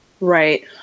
right